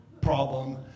problem